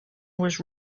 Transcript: was